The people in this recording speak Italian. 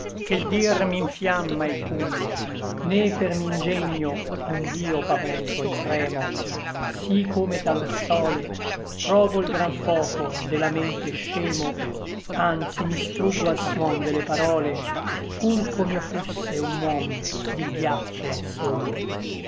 ché l dir m'infiamma et pugne né per mi ngegno ond'io pavento et tremo sí come talor sòle trovo l gran foco de la mente scemo anzi mi struggo al suon de le parole pur com'io fusse un huom di ghiaccio al sole